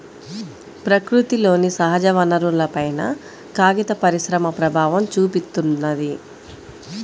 ప్రకృతిలోని సహజవనరులపైన కాగిత పరిశ్రమ ప్రభావం చూపిత్తున్నది